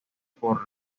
por